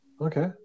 Okay